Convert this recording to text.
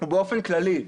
באופן כללי,